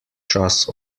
čas